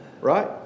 right